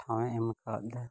ᱴᱷᱟᱶᱮ ᱮᱢ ᱠᱟᱣᱫᱟ